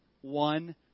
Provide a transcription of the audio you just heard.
one